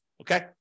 Okay